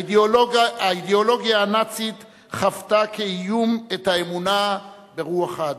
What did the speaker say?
האידיאולוגיה הנאצית חוותה כאיום את האמונה ברוח האדם.